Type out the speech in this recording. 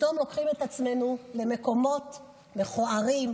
פתאום לוקחים את עצמנו למקומות מכוערים,